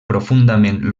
profundament